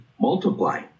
multiply